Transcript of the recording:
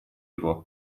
его